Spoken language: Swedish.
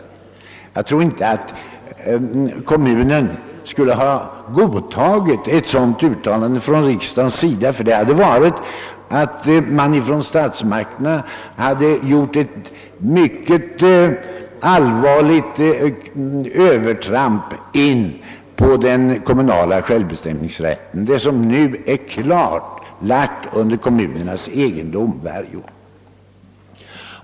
Jag tror inte heller att kommunen skulle ha godtagit ett sådant uttalande från riksdagens sida, ty det hade inneburit att statsmakterna gjort ett mycket allvarligt övertramp in på den kommunala självbestämmanderättens område och övertagit beslutanderätten i frågor som ligger inom kommunernas domvärjo.